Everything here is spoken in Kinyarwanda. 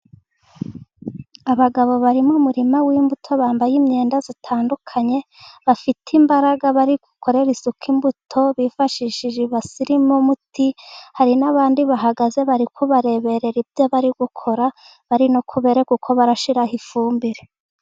Abagabo bari mu murima w'imbuto bambaye imyenda itandukanye. Bafite imbaraga, bari gukorere isuku imbuto, bifashishije ibase irimo umuti. Hari n'abandi bahagaze bari kubareberera ibyo bari gukora, bari no kubereka uko barashyiraho ifumbire.